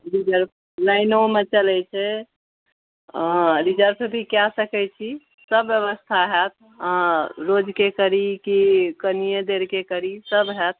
रिजर्फ लाइनोमे चलै छै अँ रिजर्फ भी कए सकै छी सब ब्यवस्था होएत अहाँ रोजके करी की कनियेँ देरके करी सब होएत